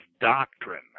doctrine